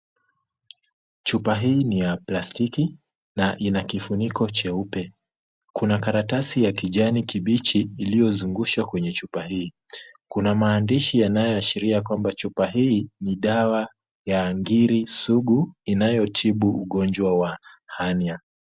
Chupa hii ni ya plastiki na ina kifuniko cheupe. Kuna karatasi ya kijani kibichi iliyozungushwa kwenye chupa hii. Kuna maandishi yanayoashiria kwamba chupa hii ni dawa ya ngiri sugu inayotibu ugonjwa wa Hernia .